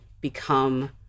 become